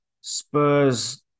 Spurs